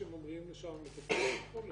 שממריאים משם לחו"ל וכו',